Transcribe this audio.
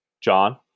John